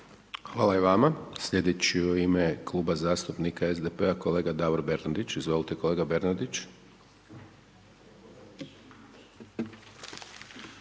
Hvala i vama. Sljedeći u ime kluba zastupnika SDP-a kolega Davor Bernardić, izvolite kolega Bernardić.